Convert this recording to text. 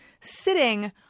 sitting